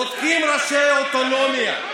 תכל'ס, צודקים ראשי האוטונומיה.